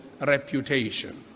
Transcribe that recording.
reputation